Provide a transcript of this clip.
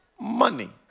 money